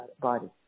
body